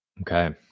Okay